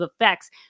effects